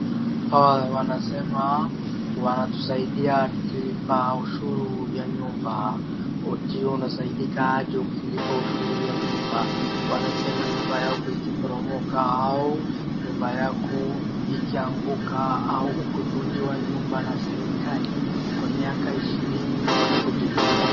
Hawa wanasema watusadia tukilipa ushuru yaani nyumba , ukiwa unasaidiwa aje ukilipa ushuru ya nyumba . Wanasema nyumba yako ikiporomoka au nyumba yako ikianguka au ukivunjiwa nyumba na serikali kwa miaka ishirini watakujengea .